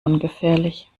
ungefährlich